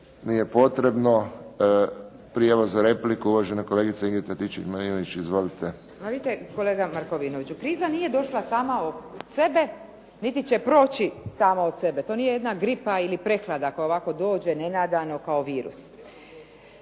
nije potrebno. Prijava za repliku uvažena kolegica Ingrid Antičević Marinović. Izvolite. **Antičević Marinović, Ingrid (SDP)** Ma vidite kolega Markovinoviću, kriza nije došla sama od sebe niti će proći sama od sebe, to nije jedna gripa ili prehlada koja ovako dođe nenadano kao virus.